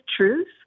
truth